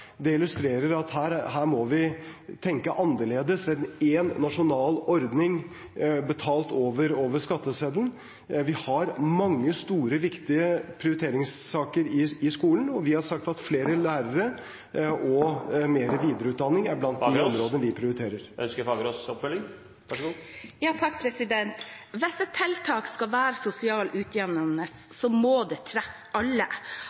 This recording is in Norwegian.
at her må vi tenke annerledes enn én nasjonal ordning betalt over skatteseddelen. Vi har mange store, viktige prioriteringssaker i skolen, og vi har sagt at flere lærere og mer videreutdanning er blant områdene vi prioriterer. Hvis et tiltak skal være sosialt utjevnende, må det treffe alle. All erfaring viser at skal de som trenger det aller, aller mest, nyttiggjøre seg av tilbudet, må det være